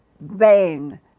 bang